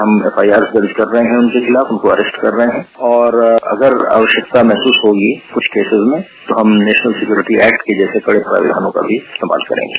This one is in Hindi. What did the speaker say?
हम एफआईआर दर्ज कर रहे है उनके खिलाफ उनको अरेस्ट कर रहे हैं और अगर आवश्यक महसूस होगी कुछ केसेस में तो हम नेशपल सिक्योरिटी एक्ट के जैसे कड़े प्रावधानों का भी इस्तेमाल करेंगे